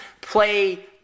play